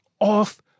Off